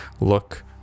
look